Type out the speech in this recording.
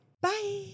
Bye